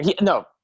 No